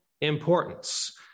importance